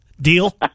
Deal